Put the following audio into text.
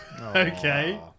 Okay